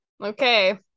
Okay